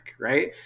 Right